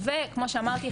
וכמו שאמרתי,